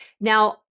Now